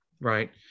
right